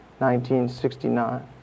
1969